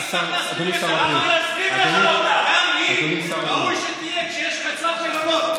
אני אשמח להסביר לך, אדוני שר הבריאות, מלונות,